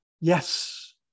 yes